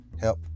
help